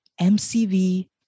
MCV